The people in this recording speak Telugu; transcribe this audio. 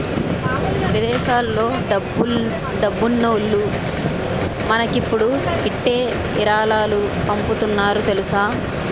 విదేశాల్లో డబ్బున్నోల్లు మనకిప్పుడు ఇట్టే ఇరాలాలు పంపుతున్నారు తెలుసా